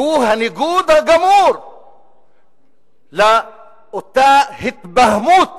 שהוא הניגוד הגמור לאותה התבהמות